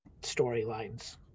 storylines